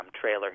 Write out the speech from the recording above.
trailer